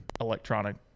electronic